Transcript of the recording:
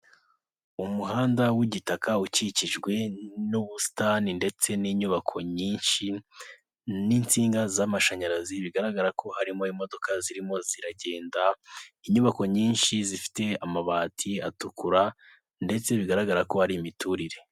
Umuhanda w'igitaka ukikijwe n'ubusitani ndetse n'inyubako nyinshi n'insinga z'amashanyarazi, bigaragara ko harimo imodoka zirimo ziragenda. Inyubako nyinshi zifite amabati atukura ndetse bigaragara ko ari imiturire.